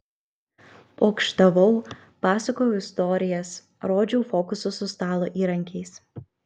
pokštavau pasakojau istorijas rodžiau fokusus su stalo įrankiais